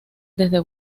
desde